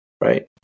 Right